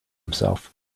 himself